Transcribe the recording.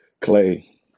Clay